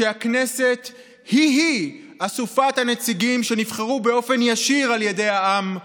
שהכנסת היא-היא אסופת הנציגים שנבחרו באופן ישיר על ידי העם.